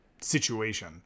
situation